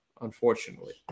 unfortunately